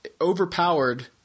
overpowered